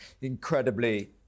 incredibly